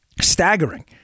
Staggering